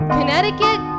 Connecticut